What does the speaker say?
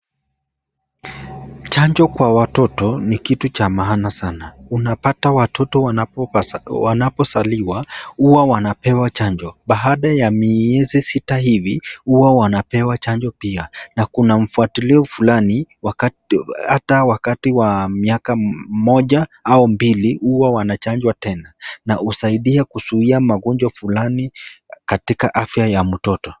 Chanjo kwa watoto ni kitu cha maana sana unapata watoto wanapozaliwa huwa wanapewa chanjo baada ya miezi sita hivi huwa wanapewa chanjo pia na kuna mfuatilio fulani wakati wa miaka moja au mbili huwa wanachanjwa tena, na husaidia kuzuia magonjwa fulani katika afya ya mutoto.